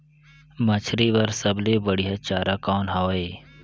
मछरी बर सबले बढ़िया चारा कौन हवय?